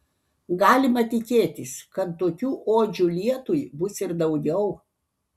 galima tikėtis kad tokių odžių lietui bus ir daugiau